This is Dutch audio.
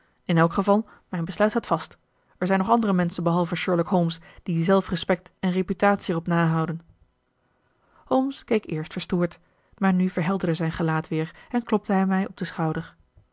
in elk geval mijn besluit staat vast er zijn nog andere menschen behalve sherlock holmes die zelfrespect en reputatie er op nahouden holmes keek eerst verstoord maar nu verhelderde zijn gelaat weer en klopte hij mij op den schouder